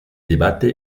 debate